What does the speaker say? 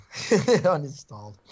uninstalled